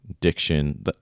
diction